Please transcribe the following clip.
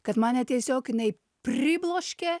kad man net tiesiog jinai pribloškia